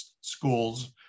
schools